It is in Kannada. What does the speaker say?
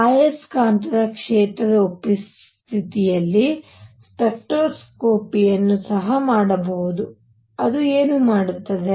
ಆಯಸ್ಕಾಂತೀಯ ಕ್ಷೇತ್ರದ ಉಪಸ್ಥಿತಿಯಲ್ಲಿ ಸ್ಪೆಕ್ಟ್ರೋಸ್ಕೋಪಿಯನ್ನು ಸಹ ಮಾಡಬಹುದು ಅದು ಏನು ಮಾಡುತ್ತದೆ